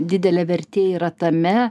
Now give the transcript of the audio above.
didelė vertė yra tame